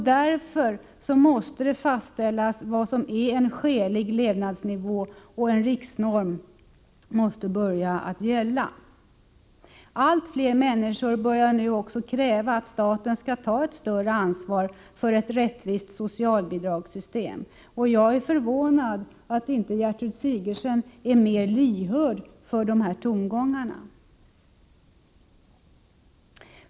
Därför måste det fastställas vad som är skälig levnadsnivå, och en riksnorm måste börja gälla. Allt fler människor börjar nu också kräva att staten skall ta ett större ansvar för ett rättvist socialbidragssystem. Jag är förvånad att inte Gertrud Sigurdsen är mer lyhörd för dessa tongångar.